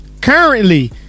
Currently